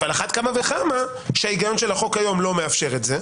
על אחת כמה וכמה שההיגיון של החוק היום לא מאפשר את זה.